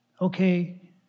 Okay